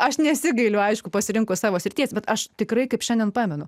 aš nesigailiu aišku pasirinko savo srities bet aš tikrai kaip šiandien pamenu